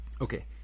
Okay